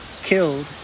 Killed